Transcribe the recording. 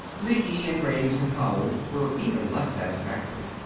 lecky and graves and howell were even less satisfactory.